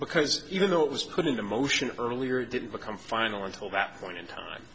because even though it was put into motion earlier it didn't become final until that point in time